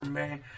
man